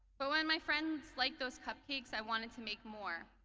but when my friend liked those cupcakes i wanted to make more.